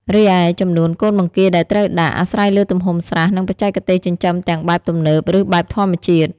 រីឯ ចំនួនកូនបង្គាដែលត្រូវដាក់ អាស្រ័យលើទំហំស្រះ និងបច្ចេកទេសចិញ្ចឹមទាំងបែបទំនើប ឬបែបធម្មជាតិ។